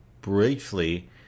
briefly